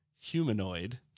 humanoid